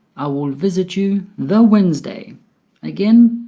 i will visit you the wednesday again,